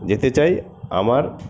যেতে চাই আমার